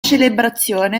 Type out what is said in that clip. celebrazione